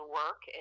work